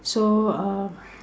so uh